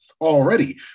already